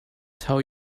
tell